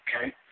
okay